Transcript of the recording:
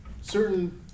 certain